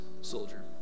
soldier